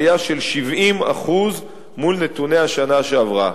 עלייה של 70% מול נתוני השנה שעברה.